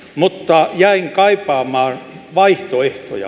mutta jäin kaipaamaan vaihtoehtoja